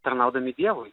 tarnaudami dievui